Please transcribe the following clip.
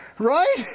Right